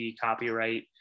copyright